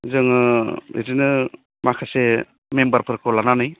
जोङो इदिनो माखासे मेम्बारफोरखौ लानानै